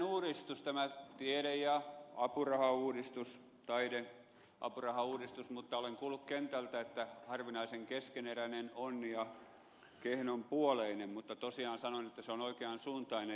niin tämä tiede ja taideapurahauudistus on erinomainen uudistus mutta olen kuullut kentältä että harvinaisen keskeneräinen on ja kehnonpuoleinen mutta tosiaan sanon että se on oikean suuntainen